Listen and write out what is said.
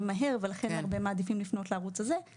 מהר ולכן רבים מעדיפים לפנות לערוץ הזה,